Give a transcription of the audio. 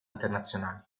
internazionali